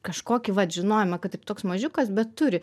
kažkokį vat žinojimą kad ir toks mažiukas bet turi